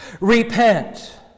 Repent